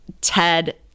TED